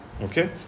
Okay